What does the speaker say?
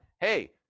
hey